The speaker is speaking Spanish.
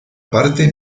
aparte